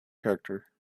character